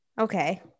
okay